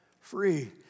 free